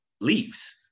leaves